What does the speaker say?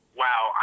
wow